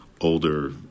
older